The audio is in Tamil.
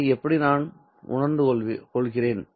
இதை எப்படி நான் உணர்ந்து கொள்கிறேன்